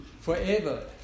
Forever